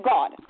God